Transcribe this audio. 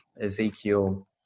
Ezekiel